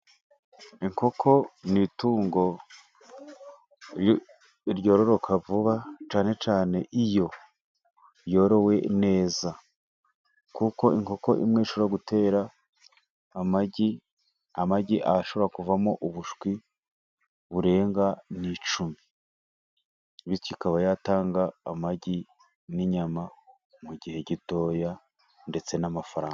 Inkoko ni itungo ryororoka vuba cyane cyane iyo ryorowe neza kuko inkoko imwe ishobora gutera amagi, amagi ashobora kuvamo ubushwi burenga ni icumi bityo ikaba yatanga amagi n'inyama mu gihe gito ndetse n'amafaranga.